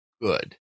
good